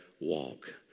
walk